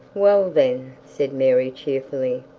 well then said mary cheerfully,